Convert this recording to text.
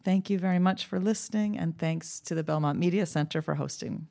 thank you very much for listening and thanks to the belmont media center for hosting